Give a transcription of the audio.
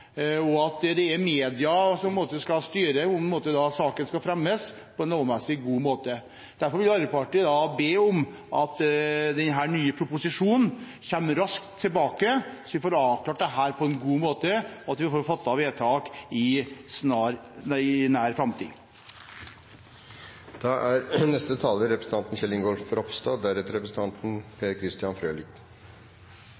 og at det er media som skal styre om saken skal fremmes på en lovmessig god måte. Derfor vil Arbeiderpartiet be om at denne nye proposisjonen kommer raskt tilbake, slik at vi får avklart dette på en god måte, og at vi får fattet vedtak i nær framtid.